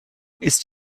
ist